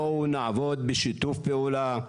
בואו נעבוד בשיתוף פעולה.